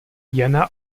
jana